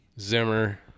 Zimmer